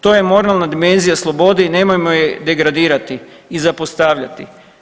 To je moralna dimenzija slobode i nemojmo je degradirati i zapostavljati.